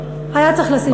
היה צריך לשים לב לזה.